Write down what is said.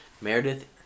Meredith